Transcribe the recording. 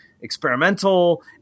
experimental